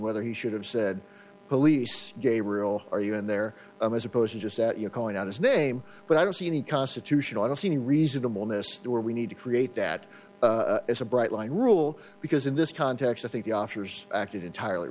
whether he should have said police gabriel are you in there as opposed to just that you're calling out his name but i don't see any constitutional i don't see any reasonable mr we need to create that as a bright line rule because in this context i think the officers acted entirely